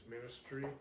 ministry